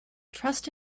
trust